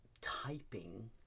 typing